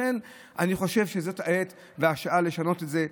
לכן אני חושב שזאת העת לשנות את זה.